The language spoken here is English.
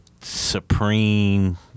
supreme